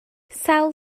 sawl